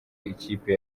ikipe